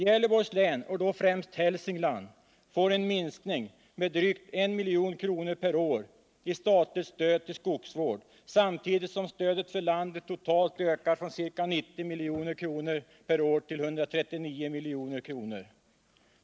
Gävleborgs län, och då främst Hälsingland, får en minskning med drygt 1 milj.kr. per år i statligt stöd till skogsvård, samtidigt som stödet för landet totalt ökar från ca 90 milj.kr. per år till ca 139 milj.kr.